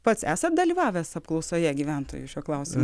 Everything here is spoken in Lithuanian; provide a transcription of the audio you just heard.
pats esat dalyvavęs apklausoje gyventojų šiuo klausimu